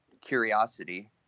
curiosity